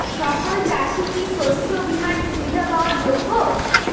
সকল চাষি কি শস্য বিমার সুবিধা পাওয়ার যোগ্য?